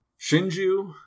Shinju